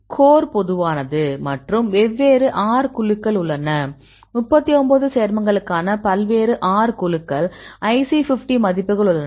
core பொதுவானது மற்றும் வெவ்வேறு R குழுக்கள் உள்ளன 39 சேர்மங்களுக்கான பல்வேறு R குழுக்கள் IC50 மதிப்புகள் உள்ளன